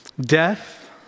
Death